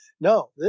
No